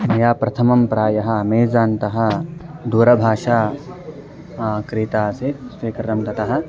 मया प्रथमं प्रायः अमेज़ान् तः दूरभाषा क्रीता आसीत् स्वीकरणं ततः